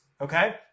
Okay